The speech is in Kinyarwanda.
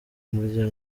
uriya